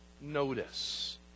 notice